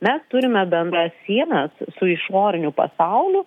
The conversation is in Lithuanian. mes turime bendras sienas su išoriniu pasauliu